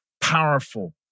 powerful